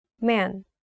man